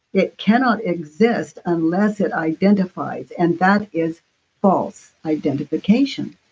it cannot exist unless it identifies, and that is false identification.